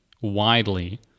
widely